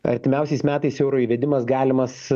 artimiausiais metais euro įvedimas galimas